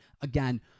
again